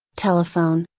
telephone,